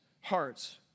hearts